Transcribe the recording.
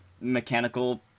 mechanical